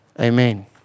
Amen